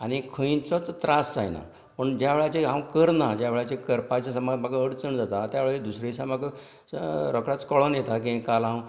आनी खंयचोच त्रास जायना पूण ज्या वेळाचेर हांव करना ज्या वेळाचेर करपाचें समज म्हाका अडचण जाता त्या वेळी दुसऱ्या दिसाक म्हाका रोखडोच कळोन येता की काल हांव